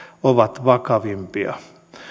ovat vakavimpia